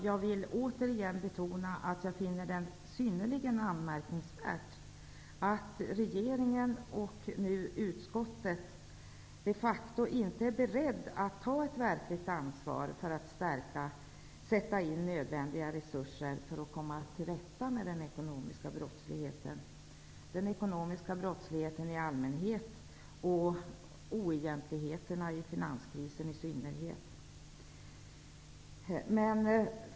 Jag vill återigen betona att jag finner det synnerligen anmärkningsvärt att regeringen och nu utskottet de facto inte är beredda att ta ett verkligt ansvar för att sätta in nödvändiga resurser för att man skall kunna komma till rätta med den ekonomiska brottsligheten i allmänhet och oegentligheterna i finanskrisens spår i synnerhet.